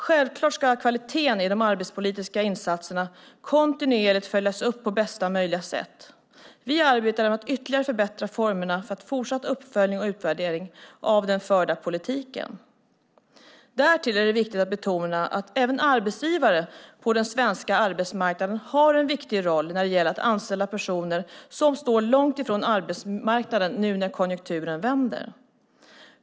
Självfallet ska kvaliteten i de arbetsmarknadspolitiska insatserna kontinuerligt följas upp på bästa möjliga sätt. Vi arbetar med att ytterligare förbättra formerna för fortsatt uppföljning och utvärdering av den förda politiken. Därtill är det viktigt att betona att även arbetsgivare på den svenska arbetsmarknaden har en viktig roll när det gäller att anställa personer som står långt från arbetsmarknaden nu när konjunkturen vänder.